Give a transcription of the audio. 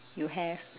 you have